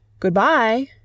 Good-bye